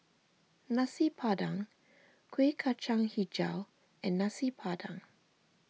Nasi Padang Kueh Kacang HiJau and Nasi Padang